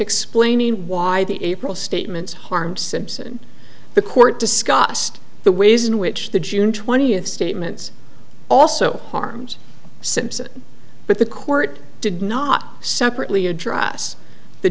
explaining why the april statements harm simpson the court discussed the ways in which the june twentieth statements also harms simpson but the court did not separately address the